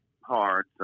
hard